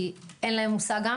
כי אין להם גם מושג.